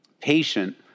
patient